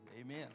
Amen